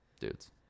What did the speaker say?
Dudes